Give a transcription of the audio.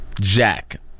Jack